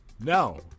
No